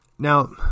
Now